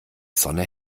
sonne